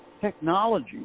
technology